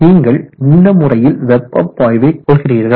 நீங்கள் இந்த முறையில் வெப்ப பாய்வை கொள்கிறீர்கள்